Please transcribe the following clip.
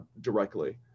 directly